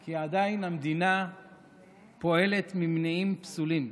כי עדיין המדינה פועלת ממניעים פסולים.